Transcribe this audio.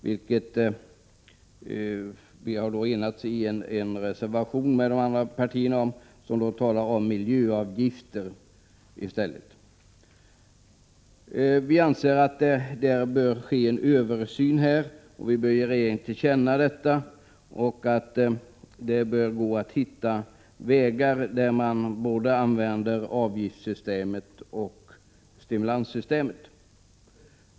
Men vi har i en reservation med de andra partierna enats om miljöavgifter i stället. Vi anser att det bör ske en översyn på detta område och att riksdagen bör ge regeringen detta till känna. Det bör gå att hitta vägar där man använder både avgiftssystemet och stimulanssystemet.